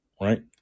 right